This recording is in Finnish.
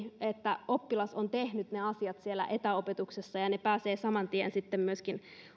että oppilas on tehnyt ne asiat etäopetuksessa ja ne pääsevät saman tien sitten myöskin